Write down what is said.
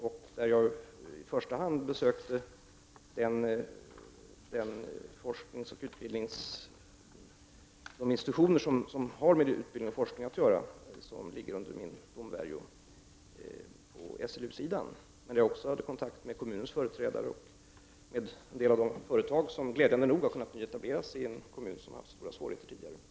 Jag besökte i första hand de institutioner som har med utbildning och forskning att göra och som så att säga ligger under min domvärjo inom ramen för SLU:s verksamhet. Jag hade också kontakt med företrädare för kommunen och med en del av de företag som glädjande nog har kunnat nyetableras i en kommun som tidigare har haft stora svårigheter.